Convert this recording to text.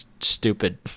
stupid